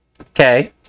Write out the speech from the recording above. Okay